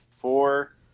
four